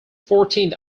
fourteenth